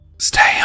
stay